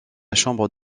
chambre